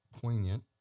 poignant